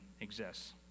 exists